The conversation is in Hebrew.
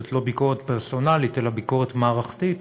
זאת לא ביקורת פרסונלית, אלא ביקורת מערכתית,